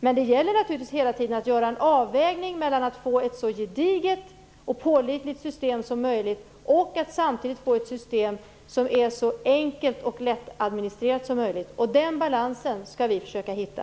Men det gäller naturligtvis att hela tiden göra en avvägning mellan att få ett så gediget och pålitligt system som möjligt och att samtidigt få ett system som är så enkelt och lättadministrerat som möjligt. Den balansen skall vi försöka hitta.